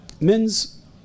men's